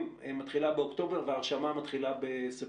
מתחילה באוקטובר וההרשמה מתחילה בספטמבר.